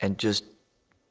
and just